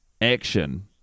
action